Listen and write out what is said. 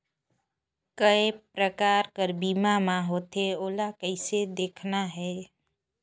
काय प्रकार कर बीमा मा होथे? ओला कइसे देखना है?